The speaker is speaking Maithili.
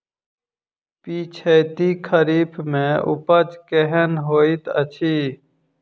पिछैती खरीफ मे उपज केहन होइत अछि?